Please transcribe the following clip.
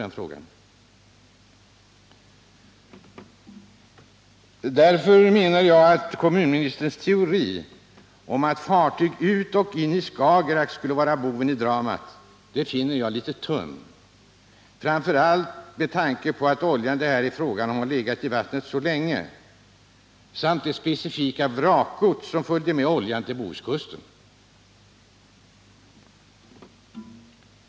Mot denna bakgrund menar jag att kommunministerns teori att ett fartyg på väg ut eller in i Skagerack skulle vara boven i dramat är litet tunn, framför allt med tanke på att den olja det här är fråga om legat i vattnet så länge och att den medfört specifikt vrakgods till Bohuskusten.